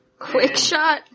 Quickshot